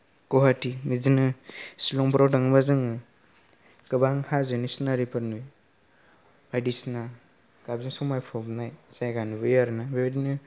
गुवाहाटी बिदिनो शिलंफोराव थाङोबा जोङो गोबां हाजोनि सिनारिफोर नुयो बायदिसिना गाबजों समायफबनाय जायगा नुयो आरो ना बेबायदिनो